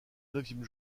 neuvième